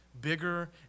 bigger